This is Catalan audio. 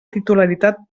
titularitat